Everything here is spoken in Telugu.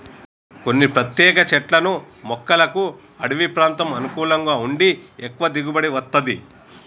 కొన్ని ప్రత్యేక చెట్లను మొక్కలకు అడివి ప్రాంతం అనుకూలంగా ఉండి ఎక్కువ దిగుబడి వత్తది